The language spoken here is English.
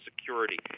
security